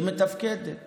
שמתפקדת